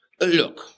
Look